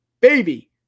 baby